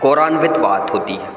गोरान्वित वात होती है